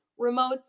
remotes